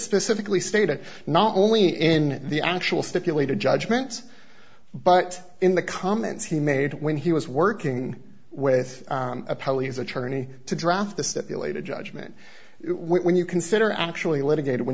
specifically stated not only in the actual stipulated judgments but in the comments he made when he was working with a poll his attorney to draft the stipulated judgment when you consider actually litigated when